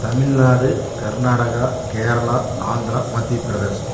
தமிழ்நாடு கர்நாடகா கேரளா ஆந்திரா மத்தியப் பிரதேசம்